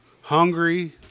Hungry